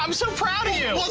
um so proud ear,